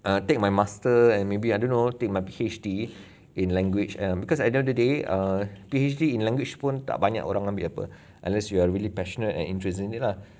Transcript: err take my master and maybe I don't know take my P_H_D in language and because at the end of the day err P_H_D in language pun tak banyak orang yang ambil apa unless you are really passionate and interested in it lah